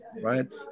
right